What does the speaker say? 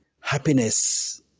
happiness